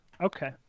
Okay